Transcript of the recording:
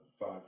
Five